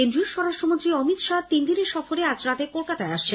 কেন্দ্রীয় স্বরাষ্ট্রমন্ত্রী অমিত শাহ তিন দিনের সফরে আজ রাতে কলকাতায় আসছেন